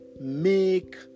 make